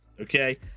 okay